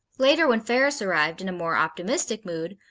later when ferris arrived in a more optimistic mood,